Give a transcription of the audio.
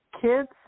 kids